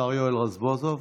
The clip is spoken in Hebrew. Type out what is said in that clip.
השר יואל רזבוזוב,